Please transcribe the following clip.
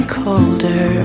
colder